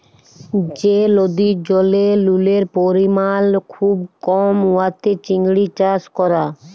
যে লদির জলে লুলের পরিমাল খুব কম উয়াতে চিংড়ি চাষ ক্যরা